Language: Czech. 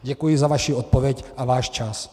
Děkuji za vaši odpověď a váš čas.